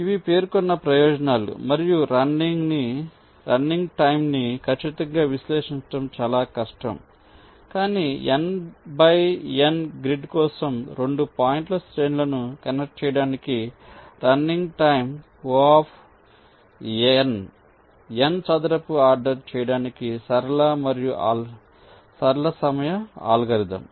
కాబట్టి ఇవి పేర్కొన్న ప్రయోజనాలు మరియు రన్నింగ్ టైం ని ఖచ్చితంగా విశ్లేషించడం చాలా కష్టం కానీ N బై N గ్రిడ్ కోసం 2 పాయింట్ల శ్రేణులను కనెక్ట్ చేయడానికి రన్నింగ్ టైం Ο N చదరపు ఆర్డర్ చేయడానికి సరళ సమయ అల్గోరిథం